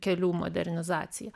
kelių modernizacija